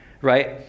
right